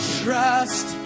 trust